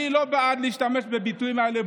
אני לא בעד להשתמש בביטויים האלה,